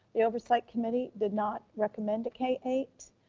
the oversight committee did not recommend a k eight